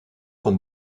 sont